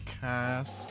cast